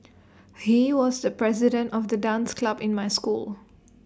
he was the president of the dance club in my school